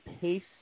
pace